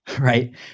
right